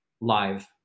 live